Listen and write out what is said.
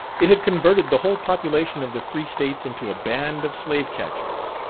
it had converted the whole population of the free states into a band of slave-catchers,